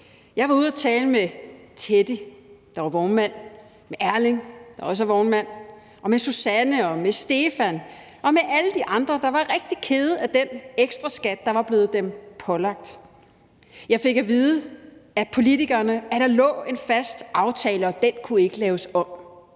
Jeg var ude at tale med Teddy, der er vognmand, med Erling, der også er vognmand, og med Susanne og med Stefan og med alle de andre, der var rigtig kede af den ekstra skat, der var blevet dem pålagt. Jeg fik at vide af politikerne, at der lå en fast aftale, og at den ikke kunne laves om.